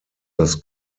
das